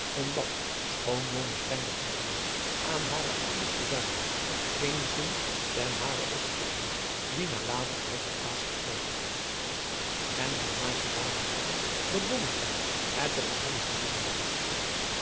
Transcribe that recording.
omdat schoon blommesteyn de groetenis aan hare ouders verzuimd had geenszins ten haren opzigte die nalatigheid had plaats gegrepen en zij maakte daaruit op dat blommesteyn het toch wel met haar meende